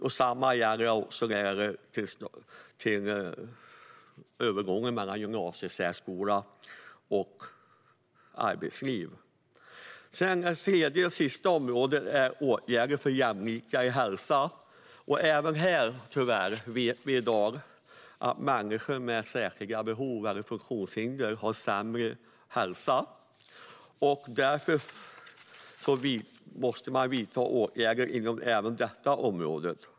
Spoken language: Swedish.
Detsamma gäller övergången mellan gymnasiesärskola och arbetsliv. Det sista området är åtgärder för jämlikare hälsa. Även här vet vi tyvärr i dag att människor med särskilda behov eller funktionshinder har sämre hälsa. Därför måste man vidta åtgärder även inom detta område.